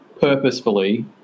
purposefully